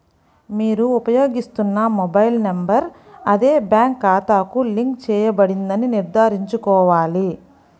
మీరు ఉపయోగిస్తున్న mobile number అదే బ్యాంక్ ఖాతాకు లింక్ చేయబడిందని నిర్ధారించుకోవాలి